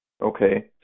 Okay